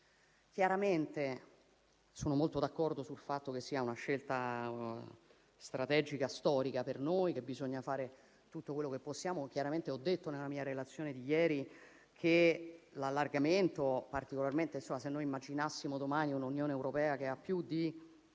sull'allargamento sono molto d'accordo sul fatto che sia una scelta strategica storica per noi e che bisogna fare tutto quello che possiamo. Chiaramente ho detto, nella mia relazione di ieri, che l'allargamento, particolarmente se immaginassimo domani un'Unione europea con più di